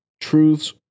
truths